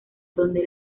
donde